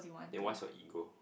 then what's your ego